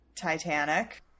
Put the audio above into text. Titanic